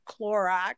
Clorox